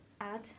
add